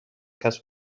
کسب